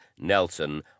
Nelson